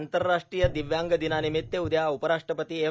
आंतरराष्ट्रीय दिव्यांग दिनानिमित्त उद्या उपराष्ट्रपती एम